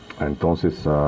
Entonces